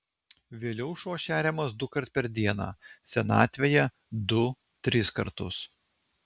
vėliau šuo šeriamas dukart per dieną senatvėje du tris kartus